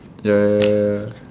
ya ya ya ya ya